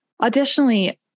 Additionally